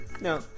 No